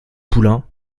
poulain